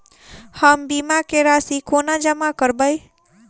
हम बीमा केँ राशि कोना जमा करबै?